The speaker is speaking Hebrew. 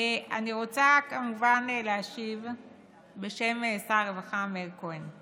אני רוצה כמובן להשיב בשם שר הרווחה מאיר כהן.